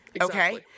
Okay